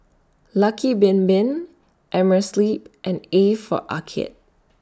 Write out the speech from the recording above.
Lucky Bin Bin Amerisleep and A For Arcade